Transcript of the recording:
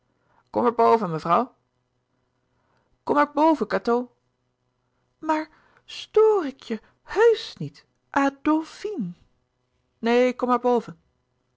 maar boven mevrouw kom maar boven cateau maar stor ik je heùsch niet adlfine neen kom maar boven